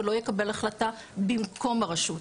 ולא יקבל החלטה במקום הרשות.